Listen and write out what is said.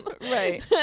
Right